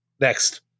Next